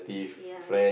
ya